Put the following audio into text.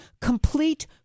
complete